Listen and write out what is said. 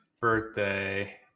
birthday